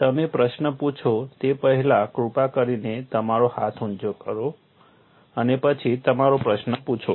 તમે પ્રશ્ન પૂછો તે પહેલાં કૃપા કરીને તમારો હાથ ઉંચો કરો અને પછી તમારો પ્રશ્ન પૂછો